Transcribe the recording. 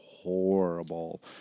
horrible